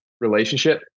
relationship